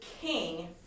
king